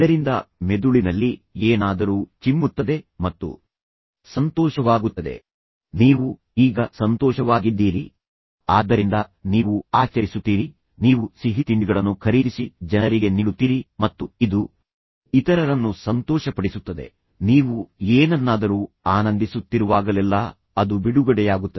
ಇದರಿಂದ ನಿಮ್ಮ ಮೆದುಳಿನಲ್ಲಿ ಏನಾದರೂ ಚಿಮ್ಮುತ್ತದೆ ಮತ್ತು ನಿಮಗೆ ಸಂತೋಷವಾಗುತ್ತದೆ ನೀವು ಈಗ ಸಂತೋಷವಾಗಿದ್ದೀರಿ ಆದ್ದರಿಂದ ನೀವು ಆಚರಿಸುತ್ತೀರಿ ನೀವು ಸಿಹಿತಿಂಡಿಗಳನ್ನು ಖರೀದಿಸಿ ಜನರಿಗೆ ನೀಡುತ್ತೀರಿ ಮತ್ತು ಇದು ಇತರರನ್ನು ಸಂತೋಷಪಡಿಸುತ್ತದೆ ನೀವು ಏನನ್ನಾದರೂ ಆನಂದಿಸುತ್ತಿರುವಾಗಲೆಲ್ಲಾ ಅದು ಬಿಡುಗಡೆಯಾಗುತ್ತದೆ